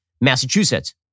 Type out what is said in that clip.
Massachusetts